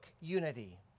unity